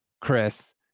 Chris